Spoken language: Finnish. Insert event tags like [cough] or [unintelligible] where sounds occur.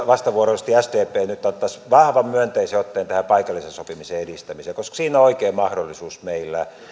[unintelligible] vastavuoroisesti sdp nyt ottaisi vahvan myönteisen otteen tähän paikalliseen sopimisen edistämiseen koska siinä on oikea mahdollisuus meillä